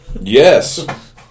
Yes